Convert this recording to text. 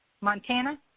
Montana